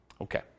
Okay